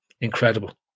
incredible